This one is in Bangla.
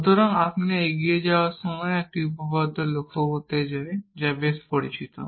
সুতরাং আপনি এগিয়ে যাওয়ার আগে আমি একটি উপপাদ্য উল্লেখ করতে চাই যা বেশ পরিচিত